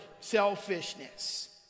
selfishness